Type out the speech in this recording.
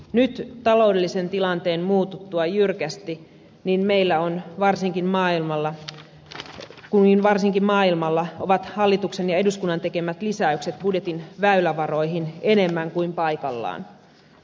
nyt taloudellisen tilanteen muututtua jyrkästi niin meillä kuin varsinkin maailmalla ovat hallituksen ja eduskunnan tekemät lisäykset budjetin väylävaroihin enemmän kuin paikallaan